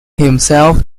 himself